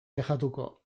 kexatuko